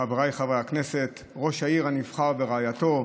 חבריי חברי הכנסת, ראש העירייה הנבחר ורעייתו,